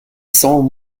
cents